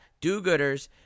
do-gooders